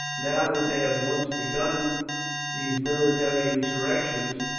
now that they have once begun these military insurrections,